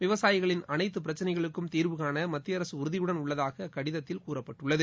விவசாயிகளின் அனைத்து பிரச்சனைகளுக்கும் தீர்வுகாண மத்திய அரசு உறுதியுடன் உள்ளதாக அக்கடிதத்தில் கூறப்பட்டுள்ளது